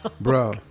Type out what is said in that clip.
bro